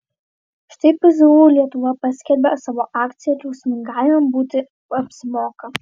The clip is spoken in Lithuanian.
štai pzu lietuva paskelbė savo akciją drausmingam būti apsimoka